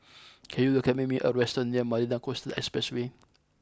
can you recommend me a restaurant near Marina Coastal Expressway